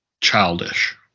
childish